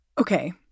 Okay